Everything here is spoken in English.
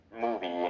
movie